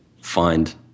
find